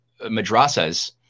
madrasas